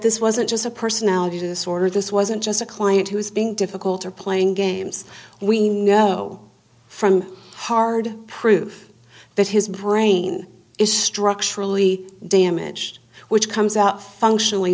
this wasn't just a personality disorder this wasn't just a client who was being difficult or playing games we know from hard proof that his brain is structurally damaged which comes out functional